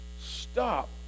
stop